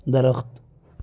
درخت